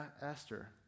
Esther